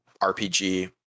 rpg